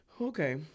okay